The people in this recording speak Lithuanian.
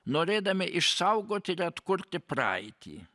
norėdami išsaugoti ir atkurti praeitį